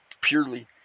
purely